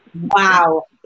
Wow